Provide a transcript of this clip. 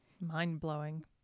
Mind-blowing